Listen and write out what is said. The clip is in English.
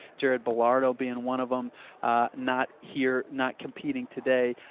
jared belardo being one of them not here, not competing today.